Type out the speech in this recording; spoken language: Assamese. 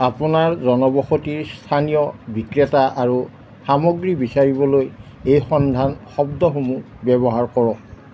আপোনাৰ জনবসতিৰ স্থানীয় বিক্ৰেতা আৰু সামগ্ৰী বিচাৰিবলৈ এই সন্ধান শব্দসমূহ ব্যৱহাৰ কৰক